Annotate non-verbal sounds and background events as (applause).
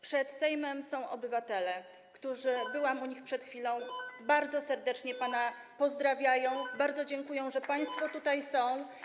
Przed Sejmem są obywatele, którzy (noise) - byłam u nich przed chwilą - bardzo serdecznie pana pozdrawiają, bardzo dziękują, że państwo tutaj są.